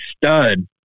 stud